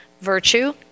Virtue